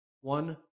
one